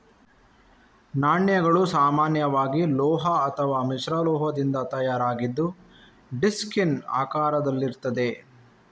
ನಾಣ್ಯಗಳು ಸಾಮಾನ್ಯವಾಗಿ ಲೋಹ ಅಥವಾ ಮಿಶ್ರಲೋಹದಿಂದ ತಯಾರಾಗಿದ್ದು ಡಿಸ್ಕಿನ ಆಕಾರದಲ್ಲಿರ್ತದೆ